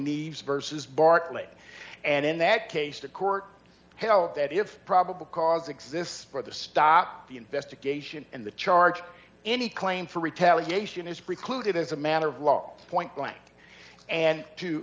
the verses barclay and in that case the court held that if probable cause exists for the stop the investigation and the charge any claim for retaliation is precluded as a matter of law point blank and to